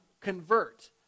convert